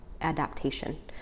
adaptation